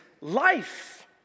life